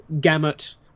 gamut